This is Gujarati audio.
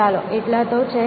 ચાલો એટલા તો છે